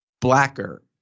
blacker